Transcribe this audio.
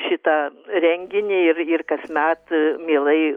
šitą renginį ir ir kasmet aaa mielai